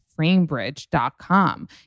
framebridge.com